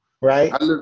right